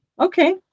okay